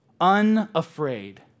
unafraid